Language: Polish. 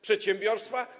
Przedsiębiorstwa?